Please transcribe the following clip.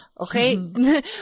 okay